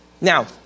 Now